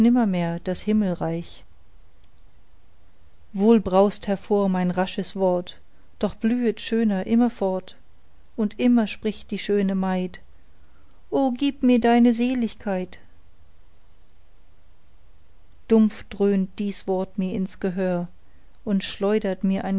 das himmelreich wohl braust hervor mein rasches wort doch blühet schöner immerfort und immer spricht die schöne maid o gib mir deine seligkeit dumpf dröhnt dies wort mir ins gehör und schleudert mir ein